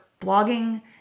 blogging